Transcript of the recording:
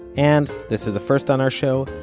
and, this is a first on our show,